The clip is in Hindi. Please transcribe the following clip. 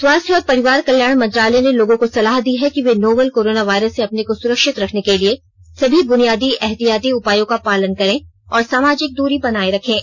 स्वास्थ्य और परिवार कल्याण मंत्रालय ने लोगों को सलाह दी है कि वे नोवल कोरोना वायरस से अपने को सुरक्षित रखने के लिए सभी बुनियादी एहतियाती उपायों का पालन करें और सामाजिक दूरी बनाए रखें